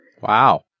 Wow